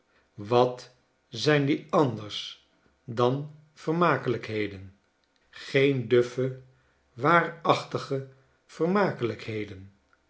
wat zijn die anders dan vermakelijkheden green duffe waarachtige vermakelijkheden